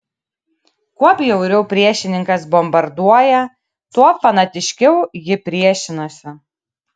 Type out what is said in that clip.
kuo bjauriau priešininkas bombarduoja tuo fanatiškiau ji priešinasi